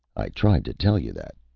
i tried to tell you that.